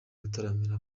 gutaramira